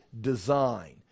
design